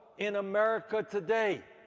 in america today,